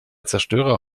zerstörer